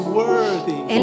worthy